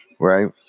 Right